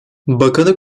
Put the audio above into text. bakanı